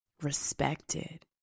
respected